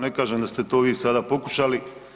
Ne kažem da ste to vi sada pokušali.